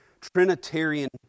Trinitarian